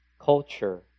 culture